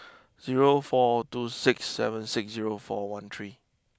zero four two six seven six zero four one three